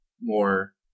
more